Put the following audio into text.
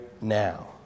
now